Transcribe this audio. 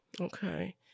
Okay